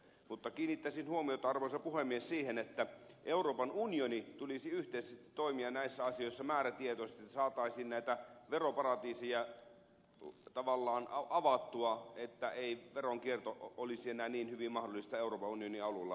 mutta kiinnittäisin huomiota arvoisa puhemies siihen että euroopan unionin tulisi yhteisesti toimia näissä asioissa määrätietoisesti että saataisiin näitä veroparatiiseja tavallaan avattua että ei veronkierto olisi enää niin hyvin mahdollista euroopan unionin alueella